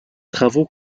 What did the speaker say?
travaux